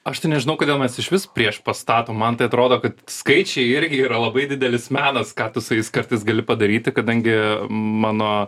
aš tai nežinau kodėl mes išvis prieš pastatom man tai atrodo kad skaičiai irgi yra labai didelis menas ką tu su jais kartais gali padaryti kadangi mano